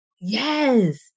Yes